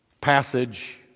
passage